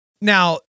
Now